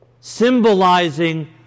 symbolizing